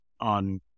on